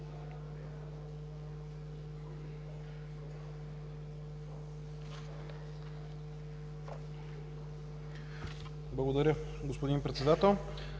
Благодаря, господин Председател.